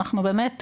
אני חושבת שבאמת,